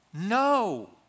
no